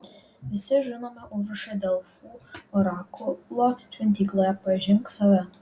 visi žinome užrašą delfų orakulo šventykloje pažink save